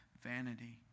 vanity